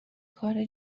کار